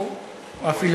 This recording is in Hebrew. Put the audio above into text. לא אמרת לי מה